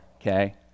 okay